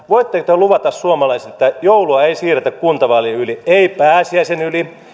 voitteko te luvata suomalaisille että joulua ei siirretä kuntavaalien yli ei pääsiäisen yli